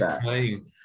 playing